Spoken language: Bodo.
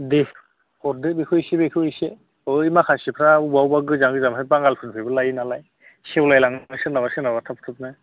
दे हरदो बेखौ एसे बेखौ एसे बै माखासेफ्रा बबेबा बबेबा गोजा गोजाफ्रा बांगालफोरनिफ्रायबो लायो नालाय सेवलाय लाङो सोरनाबा सोरनाबा थाब थाबनो